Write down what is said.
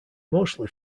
mostly